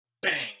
bang